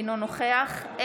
בהצבעה מנסור עבאס, בעד